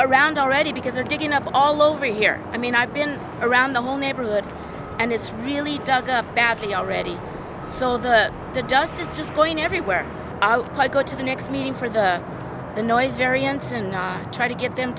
around already because they're digging up all over here i mean i've been around the whole neighborhood and it's really dug up badly already sold the dust is just going everywhere outside go to the next meeting for the the noise variance and try to get them